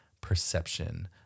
perception